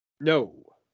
No